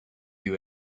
you